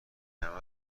عمل